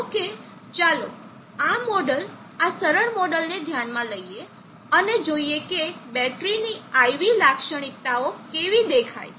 જો કે ચાલો આ મોડેલ આ સરળ મોડેલને ધ્યાનમાં લઈએ અને જોઈએ કે બેટરીની IV લાક્ષણિકતાઓ કેવી દેખાય છે